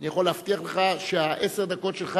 אני יכול להבטיח לך שעשר הדקות שלך